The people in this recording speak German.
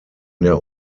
der